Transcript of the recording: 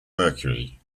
mercury